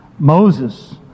Moses